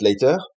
later